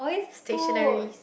stationary